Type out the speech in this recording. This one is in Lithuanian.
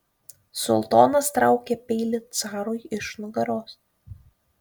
sultonas traukia peilį carui iš nugaros